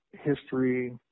history